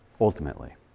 Ultimately